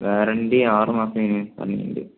warranty ആറ് മാസത്തേന് പറഞ്ഞിട്ടുണ്ട്